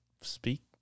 speak